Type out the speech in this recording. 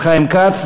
חבר הכנסת חיים כץ.